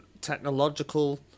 technological